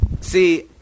see